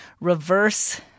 Reverse